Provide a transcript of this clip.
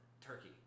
Turkey